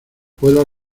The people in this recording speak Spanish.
puedo